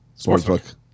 Sportsbook